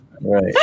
Right